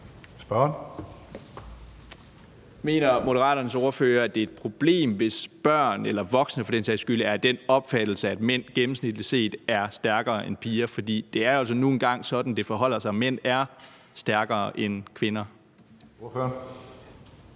Bjørn (DF): Mener Moderaternes ordfører, at det er et problem, hvis børn eller voksne for den sags skyld er af den opfattelse, at mænd gennemsnitligt set er stærkere end piger. Det er nu engang sådan, det forholder sig. Mænd er stærkere end kvinder. Kl.